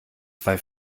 zwei